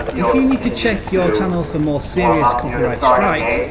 if you need to check your channel for more serious copyright strikes,